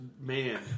man